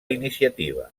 iniciativa